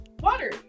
water